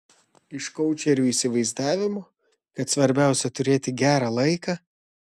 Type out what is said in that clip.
iš koučerių įsivaizdavimo kad svarbiausia turėti gerą laiką